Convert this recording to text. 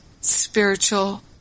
spiritual